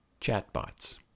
Chatbots